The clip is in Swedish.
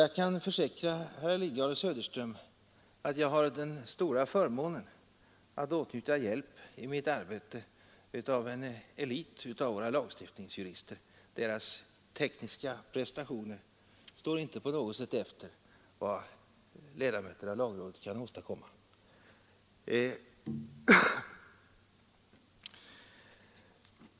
Jag kan försäkra herrar Lidgard och Söderström att jag har den stora förmånen att åtnjuta hjälp i mitt arbete av en elit av våra lagstiftningsjurister. Deras tekniska prestationer står inte på något sätt efter vad ledamöterna av lagrådet kan åstadkomma.